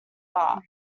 art